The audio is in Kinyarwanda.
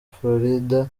florida